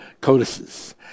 codices